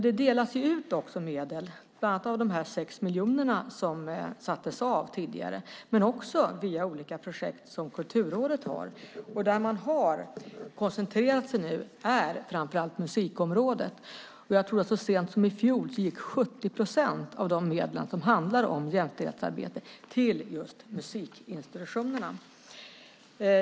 Det delas dock ut medel, bland annat av de 6 miljoner som sattes av tidigare, men också via olika projekt som Kulturrådet har där man nu har koncentrerat sig framför allt på musikområdet. Så sent som i fjol tror jag att 70 procent av de medel som avser jämställdhetsarbete gick till just musikinstitutionerna.